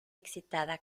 excitada